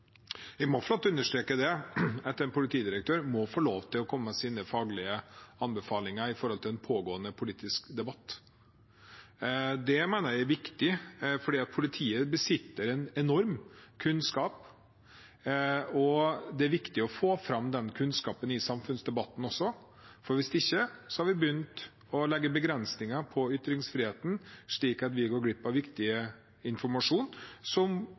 Jeg må få understreke at en politidirektør må få lov til å komme med sine faglige anbefalinger i en pågående politisk debatt. Det mener jeg er viktig. For politiet besitter en enorm kunnskap, og det er viktig å få fram den kunnskapen også i samfunnsdebatten. Hvis ikke har vi begynt å legge begrensninger på ytringsfriheten, slik at vi går glipp av viktig informasjon som